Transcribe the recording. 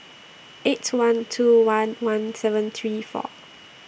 eight one two one one seven three four